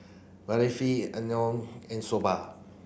and Soba